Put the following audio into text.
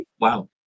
wow